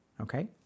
Okay